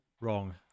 wrong